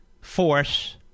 force